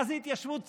מה זה התיישבות צעירה,